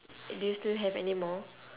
do you still have anymore